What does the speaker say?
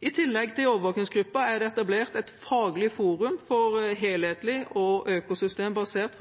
I tillegg til Overvåkingsgruppen er det etablert et Faglig forum for helhetlig og økosystembasert